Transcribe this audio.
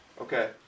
Okay